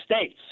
states